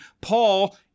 Paul